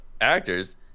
actors